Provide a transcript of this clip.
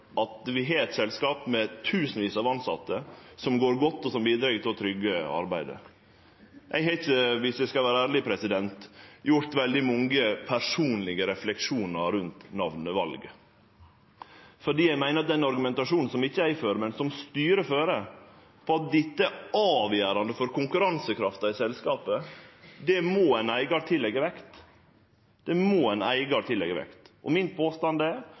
at vi har eit selskap med tusenvis av tilsette som går godt, og som bidreg til å tryggje arbeidet. Eg har ikkje – viss eg skal vere ærleg – gjort veldig mange personlege refleksjonar rundt namnevalet, for eg meiner at den argumentasjonen som ikkje eg fører, men som styret fører, om at dette er avgjerande for konkurransekrafta i selskapet, må ein eigar tilleggje vekt – det må ein eigar tilleggje vekt. Min påstand er